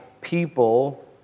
people